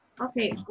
okay